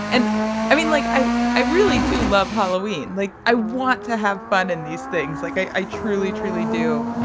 and i mean like i i really do love halloween like i want to have fun in these things like i i truly truly do.